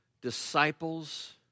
disciples